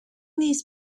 these